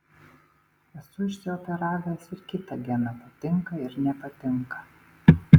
esu išsioperavęs ir kitą geną patinka ir nepatinka